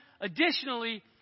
additionally